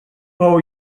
bou